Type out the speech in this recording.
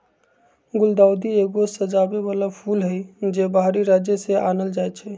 गुलदाऊदी एगो सजाबे बला फूल हई, जे बाहरी राज्य से आनल जाइ छै